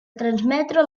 transmetre